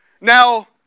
Now